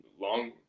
long